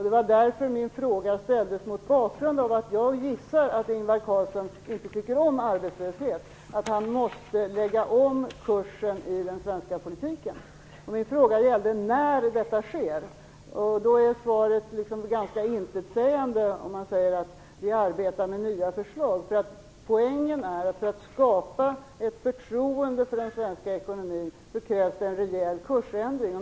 Det var därför min fråga ställdes, mot bakgrund av att jag gissar att Ingvar Carlsson inte tycker om arbetslöshet, att han måste lägga om kursen i den svenska politiken. Min fråga gällde när detta skall ske. Svaret är ganska intetsägande när man säger: Vi arbetar med nya förslag. Poängen är att för att skapa ett förtroende för den svenska ekonomin krävs en rejäl kursändring.